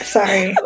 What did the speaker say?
Sorry